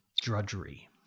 drudgery